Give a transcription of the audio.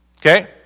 Okay